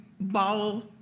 ball